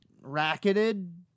racketed